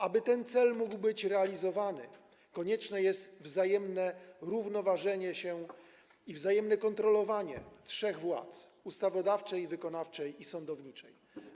Aby ten cel mógł być realizowany, konieczne jest wzajemne równoważenie się i wzajemne kontrolowanie trzech władz: ustawodawczej, wykonawczej i sądowniczej.